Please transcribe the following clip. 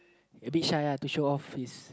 a bit shy uh to show of his